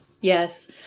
Yes